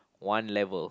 one level